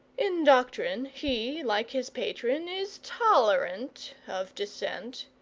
in doctrine, he, like his patron, is tolerant of dissent,